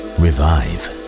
revive